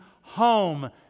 home